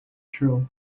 true